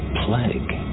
plague